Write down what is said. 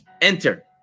enter